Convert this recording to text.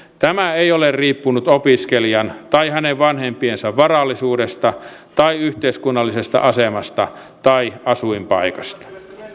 tämä ei ole riippunut opiskelijan tai hänen vanhempiensa varallisuudesta yhteiskunnallisesta asemasta tai asuinpaikasta